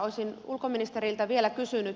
olisin ulkoministeriltä vielä kysynyt